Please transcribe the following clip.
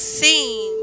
seen